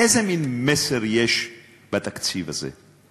איזה מין מסר יש בתקציב הזה?